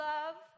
Love